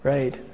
Right